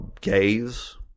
gays